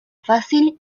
fácil